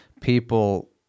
people